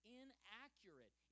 inaccurate